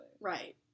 Right